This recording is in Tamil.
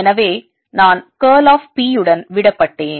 எனவே நான் curl of P உடன் விடப்பட்டேன்